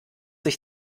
ich